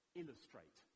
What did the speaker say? illustrate